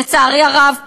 לצערי הרב,